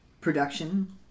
Production